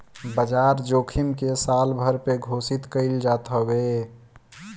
बाजार जोखिम के सालभर पे घोषित कईल जात हवे